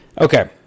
Okay